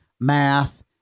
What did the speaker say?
math